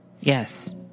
Yes